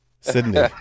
Sydney